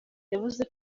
yavuze